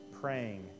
praying